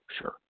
sure